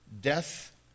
Death